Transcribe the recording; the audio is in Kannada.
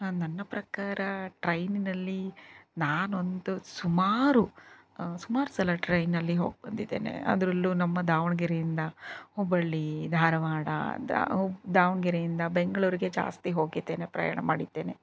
ನನ್ನ ಪ್ರಕಾರ ಟ್ರೈನಿನಲ್ಲಿ ನಾನೊಂದು ಸುಮಾರು ಸುಮಾರ್ಸಲಾ ಟ್ರೈನಿನಲ್ಲಿ ಹೋಗಿ ಬಂದಿದ್ದೇನೆ ಅದರಲ್ಲೂ ನಮ್ಮ ದಾವಣಗೆರೆಯಿಂದ ಹುಬ್ಬಳ್ಳಿ ಧಾರಾವಾಡ ದಾವ್ ದಾವಣಗೆರೆಯಿಂದ ಬೆಂಗಳೂರಿಗೆ ಜಾಸ್ತಿ ಹೋಗಿದ್ದೇನೆ ಪ್ರಯಾಣ ಮಾಡಿದ್ದೇನೆ